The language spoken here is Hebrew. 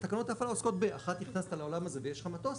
ותקנות ההפעלה עוסקות באחת נכנסת לעולם הזה ויש לך מטוס,